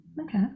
Okay